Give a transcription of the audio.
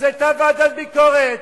אז היתה ועדת ביקורת,